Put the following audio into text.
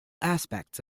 aspects